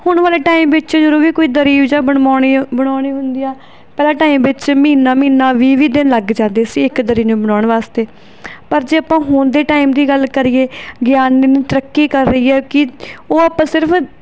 ਹੁਣ ਵਾਲੇ ਟਾਈਮ ਵਿੱਚ ਜਦੋਂ ਵੀ ਕੋਈ ਦਰੀ ਜਾਂ ਬਣਵਾਉਣੀ ਬਣਾਉਣੀ ਹੁੰਦੀ ਆ ਪਹਿਲਾਂ ਟਾਈਮ ਵਿੱਚ ਮਹੀਨਾ ਮਹੀਨਾ ਵੀਹ ਵੀਹ ਦਿਨ ਲੱਗ ਜਾਂਦੇ ਸੀ ਇੱਕ ਦਰੀ ਨੂੰ ਬਣਾਉਣ ਵਾਸਤੇ ਪਰ ਜੇ ਆਪਾਂ ਹੁਣ ਦੇ ਟਾਈਮ ਦੀ ਗੱਲ ਕਰੀਏ ਵਿਗਿਆਨ ਐਨੀ ਤਰੱਕੀ ਕਰ ਰਹੀ ਹੈ ਕਿ ਉਹ ਆਪਾਂ ਸਿਰਫ